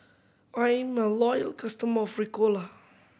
I'm a loyal customer of Ricola